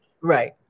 Right